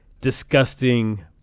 disgusting